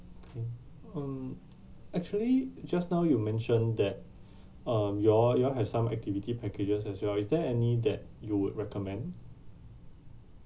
um actually just now you mention that uh you all you all have some activity packages as well is there any that you would recommend